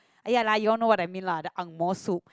!aiya! lah you know what I mean lah the angmoh soup